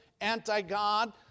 anti-God